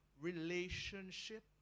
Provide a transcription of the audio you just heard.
relationship